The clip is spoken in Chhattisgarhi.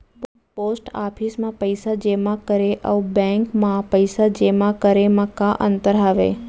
पोस्ट ऑफिस मा पइसा जेमा करे अऊ बैंक मा पइसा जेमा करे मा का अंतर हावे